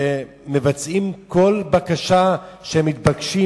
ממלאים כל בקשה שהם מתבקשים,